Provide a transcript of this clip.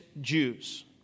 Jews